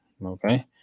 Okay